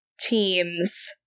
teams